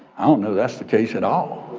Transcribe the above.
i don't know that's the case at all.